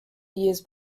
years